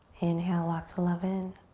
inhale lots of love in.